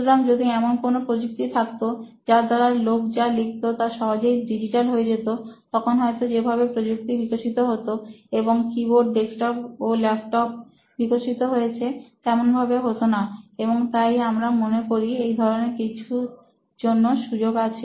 সুতরাং যদি এমন কোন প্রযুক্তি থাকতো যার দ্বারা লোক যা লিখতো তা সহজেই ডিজিটাল হয়ে যেত তখন হয়তো যেভাবে প্রযুক্তি বিকশিত হয়েছে এবং কিবোর্ড ডেস্কটপ ও ল্যাপটপ বিকশিত হয়েছে তেমনভাবে হতো না এবং তাই আমরা মনে করি এই ধরনের কিছুর জন্য সুযোগ আছে